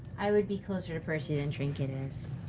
i would be closer to percy than trinket is.